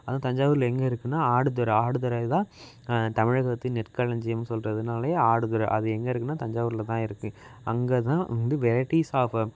அதுவும் தஞ்சாவூரில் எங்கே இருக்குதுன்னா ஆடுதுறை ஆடுதுறையில் தான் தமிழகத்தின் நெற்களஞ்சியம்னு சொல்றதுனாலே ஆடுதுறை அது எங்கே இருக்குதுன்னா தஞ்சாவூரில் தான் இருக்குது அங்கே தான் வந்து வெரைட்டிஸ் ஆஃப்